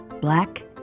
black